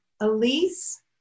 Elise